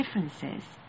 differences